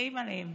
נסמכים עליהם